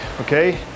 okay